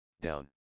down